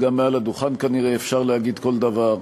וגם מעל הדוכן כנראה אפשר להגיד כל דבר.